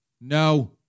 No